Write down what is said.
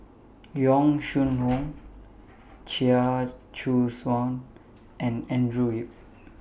Yong Shu Hoong Chia Choo Suan and Andrew Yip